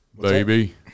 baby